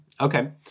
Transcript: Okay